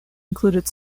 included